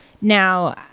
Now